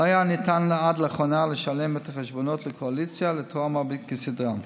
לא היה ניתן עד לאחרונה לשלם את החשבונות לקואליציה לטראומה כסדרם.